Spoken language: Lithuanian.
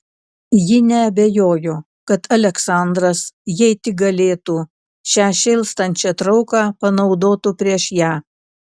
ji neabejojo kad aleksandras jei tik galėtų šią šėlstančią trauką panaudotų prieš ją